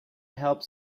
helped